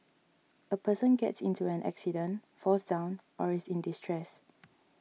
a person gets into an accident falls down or is in distress